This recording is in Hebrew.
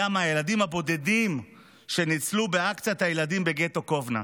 היה מהילדים הבודדים שניצלו באקציית הילדים בגטו קובנה.